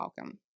welcome